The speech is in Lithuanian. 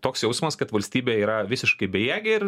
toks jausmas kad valstybė yra visiškai bejėgė ir